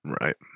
Right